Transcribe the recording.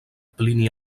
plini